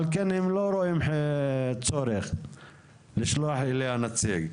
על כן הם לא רואים צורך לשלוח אליה נציג,